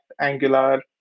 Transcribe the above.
Angular